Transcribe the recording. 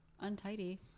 Untidy